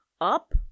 up